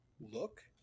look